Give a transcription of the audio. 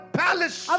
palace